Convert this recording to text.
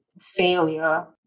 failure